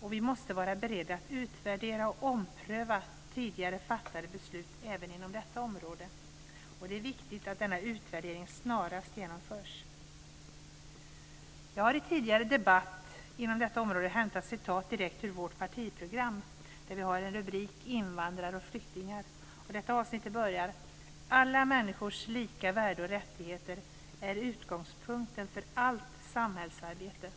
och vi måste vara beredda att utvärdera och ompröva tidigare fattade beslut även på detta område. Det är viktigt att denna utvärdering snarast genomförs. Jag har i tidigare debatter på detta område hämtat citat direkt ur vårt partiprogram, där vi har rubriken "Invandrare och flyktingar". Detta avsnitt börjar: "Alla människors lika värde och rättigheter är utgångspunkten för allt samhällsarbete.